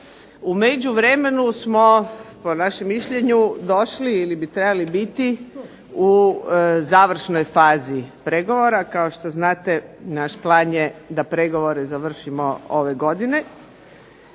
U međuvremenu smo, po našem mišljenju, došli ili bi trebali biti, u završnoj fazi pregovora. Kao što znate naš plan je da pregovore završimo ove godine.